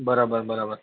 બરાબર બરાબર